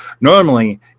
Normally